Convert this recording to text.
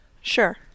Sure